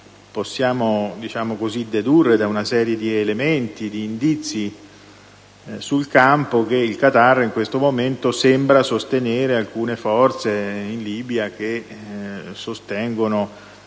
Possiamo dedurre da una serie di elementi e di indizi sul campo che il Qatar in questo momento sembra appoggiare alcune forze in Libia che sostengono